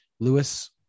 Lewis